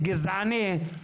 גזעני,